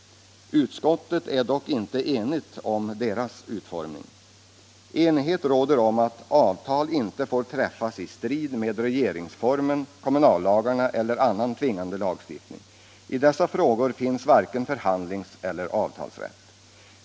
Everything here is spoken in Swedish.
Utskottet är dock inte enigt om deras utformning. Enighet råder om att avtal inte får träffas i strid mot regeringsformen, kommunallagarna eller annan tvingande lagstiftning. I dessa frågor finns varken förhandlingseller avtalsrätt.